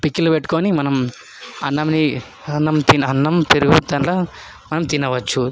pickle పెట్టుకొని మనం అన్నంని అన్నం అన్నం పెరుగు దానిలో మనం తినవచ్చు